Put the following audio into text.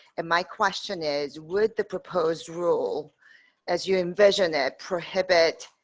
and my question is would the proposed rule as you envision it prohibit